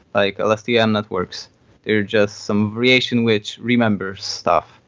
like lstm networks. there are just some variations which remembers stuff.